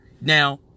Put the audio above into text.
now